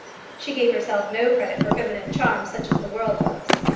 she gave herself no credit for feminine charms such as the world loves.